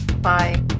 Bye